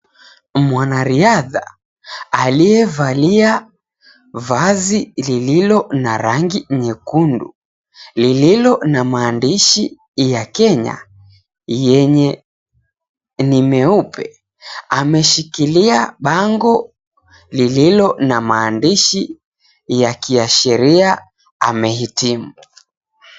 Mwanariadha aliyevalia vazi lililo na rangi nyekundu lililo na maandishi ya Kenya yenye ni meupe ameshikilia bango lililo na maandishi yakiashiria amehitimu.